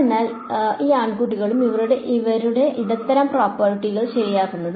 അതിനാൽ ഈ ആൺകുട്ടികളും ഇവരും ഇവരും ഇവിടെയാണ് ഇടത്തരം പ്രോപ്പർട്ടികൾ ശരിയാക്കുന്നത്